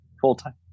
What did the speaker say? full-time